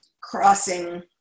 crossing